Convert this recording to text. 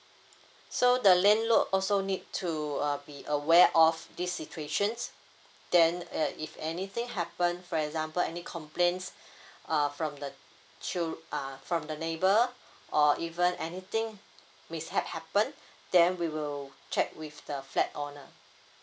so the landlord also need to uh be aware of this situation then uh if anything happen for example any complaints uh from the children uh from the neighbour or even anything mishap happen then we will check with the flat owner